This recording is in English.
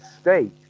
state